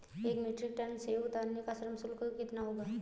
एक metric tonne सेव उतारने का श्रम शुल्क कितना होगा?